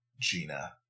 Gina